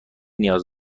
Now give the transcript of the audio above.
نیاز